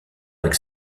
avec